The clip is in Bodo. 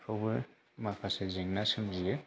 बेखौबो माखासे जेंना सोमजियो